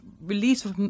release